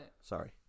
sorry